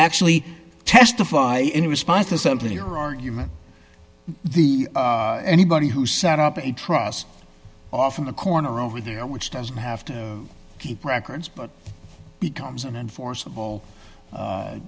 actually testify in response to something your argument the anybody who sat up in a trust off in the corner over there which doesn't have to keep records but becomes an enforceable